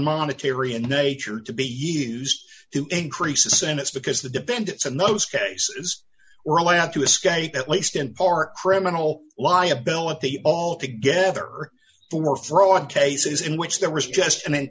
monetary and nature to be used to increase a sentence because the defendants in those cases were allowed to escape at least in part criminal liability all together for fraud cases in which there was just an